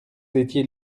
étiez